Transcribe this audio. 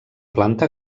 planta